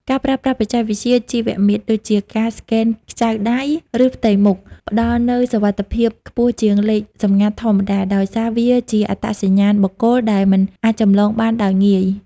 ការប្រើប្រាស់បច្ចេកវិទ្យា ជីវមាត្រ ដូចជាការស្កែនខ្ចៅដៃ ឬផ្ទៃមុខ ផ្ដល់នូវសុវត្ថិភាពខ្ពស់ជាងលេខសម្ងាត់ធម្មតា ដោយសារវាជាអត្តសញ្ញាណបុគ្គលដែលមិនអាចចម្លងបានដោយងាយ។